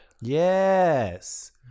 Yes